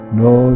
no